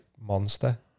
Monster